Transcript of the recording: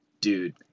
Dude